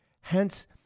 Hence